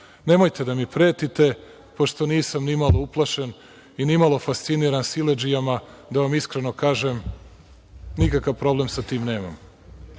misli. Nemojte da mi pretite, pošto nisam nimalo uplašen i nimalo fasciniran siledžijama. Da vam iskreno kažem nikakav problem sa time nemam.